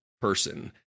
person